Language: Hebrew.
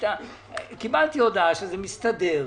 כי קיבלתי הודעה שזה מסתדר.